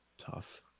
Tough